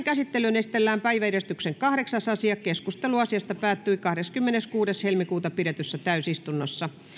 käsittelyyn esitellään päiväjärjestyksen kahdeksas asia keskustelu asiasta päättyi kahdeskymmeneskuudes toista kaksituhattayhdeksäntoista pidetyssä täysistunnossa